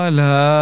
la